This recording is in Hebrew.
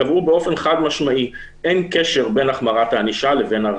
קבעו באופן חד משמעי: אין קשר בין החמרת הענישה לבין הרתעה.